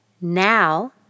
Now